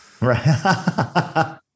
Right